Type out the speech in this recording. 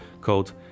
called